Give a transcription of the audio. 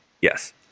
yes